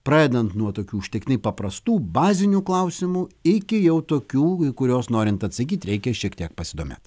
pradedant nuo tokių užtektinai paprastų bazinių klausimų iki jau tokių kuriuos norint atsakyt reikia šiek tiek pasidomėt